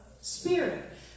Spirit